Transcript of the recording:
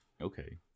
Okay